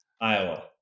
Iowa